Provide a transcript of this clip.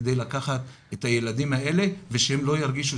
כדי לקחת גם את הילדים האלה ושהם לא ירגישו